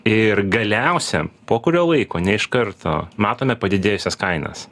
ir galiausia po kurio laiko ne iš karto matome padidėjusias kainas